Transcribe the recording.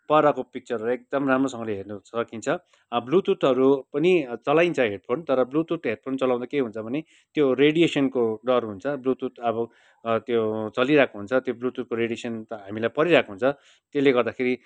परको पिक्चर हरू एकदम राम्रोसँगले हेर्नु सकिन्छ अब ब्लुतुथ हरू पनि चलाइन्छ हेडफोन तर ब्लुतुथ हेडफोन चलाउँदा के हुन्छ भने त्यो रेडिएसन को डर हुन्छ ब्लुतुथ अब त्यो चलिरहेको हुन्छ त्यो ब्लुतुथ को रेडिएसन